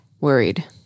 worried